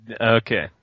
okay